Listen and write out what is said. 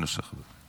סעיפים 1